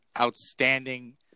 outstanding